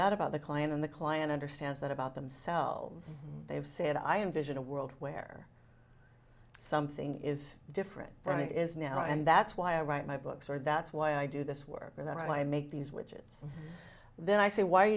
that about the client and the client understands that about themselves they have said i envision a world where something is different than it is now and that's why i write my books or that's why i do this work or that i make these widgets then i say why